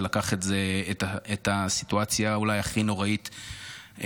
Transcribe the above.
שלוקח את הסיטואציה אולי הכי נוראית בחיים,